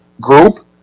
Group